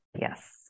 yes